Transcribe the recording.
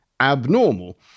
abnormal